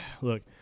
look